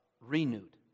renewed